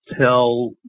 tell